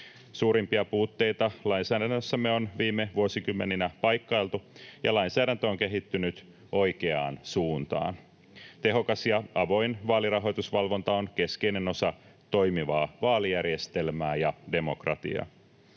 Suurimpia puutteita lainsäädännössämme on viime vuosikymmeninä paikkailtu, ja lainsäädäntö on kehittynyt oikeaan suuntaan. Tehokas ja avoin vaalirahoitusvalvonta on keskeinen osa toimivaa vaalijärjestelmää ja demokratiaa.